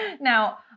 Now